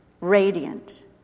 radiant